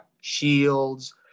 shields